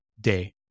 day